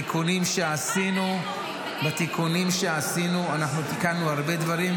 בתיקונים שעשינו אנחנו תיקנו הרבה דברים,